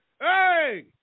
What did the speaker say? Hey